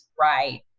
right